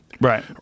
Right